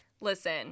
Listen